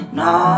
no